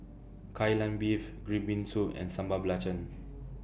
Kai Lan Beef Green Bean Soup and Sambal Belacan